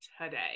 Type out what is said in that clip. today